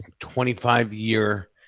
25-year